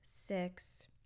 six